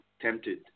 tempted